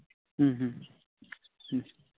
ᱦᱮᱸ ᱦᱮᱸ